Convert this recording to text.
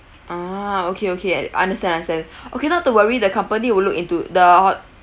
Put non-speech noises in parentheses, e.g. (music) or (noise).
ah okay okay understand understand (breath) okay not to worry the company will look into the